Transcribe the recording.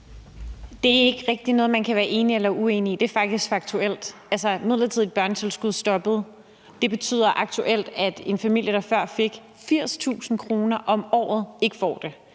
Det er ikke rigtig noget, man kan være enig eller uenig i; det er faktisk faktuelt. Altså, det midlertidige børnetilskud stoppede. Det betyder aktuelt, at en familie, der før fik 80.000 kr. om året, ikke får det.